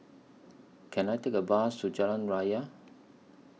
Can I Take A Bus to Jalan Raya